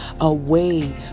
away